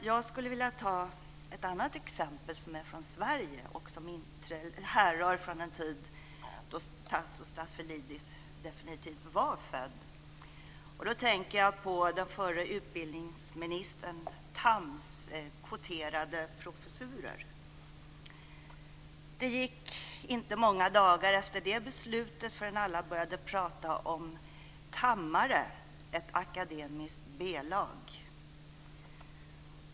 Jag skulle vilja ta ett annat exempel som är från Sverige och som härrör från en tid då Tasso Stafilidis definitivt var född. Jag tänker på den förre utbildningsministerns Thams kvoterade professurer. Det gick inte många dagar efter det beslutet förrän alla började tala om "thammare", ett akademiskt B lag.